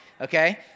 Okay